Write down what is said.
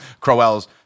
Crowell's